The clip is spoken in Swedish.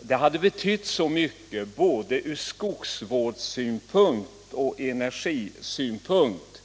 Det hade betytt mycket från både skogsvårdssynpunkt och energisynpunkt.